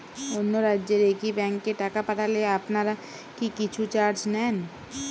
অন্য রাজ্যের একি ব্যাংক এ টাকা পাঠালে আপনারা কী কিছু চার্জ নেন?